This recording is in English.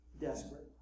Desperate